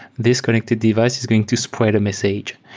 this connected device is going to spread a message.